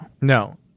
No